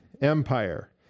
Empire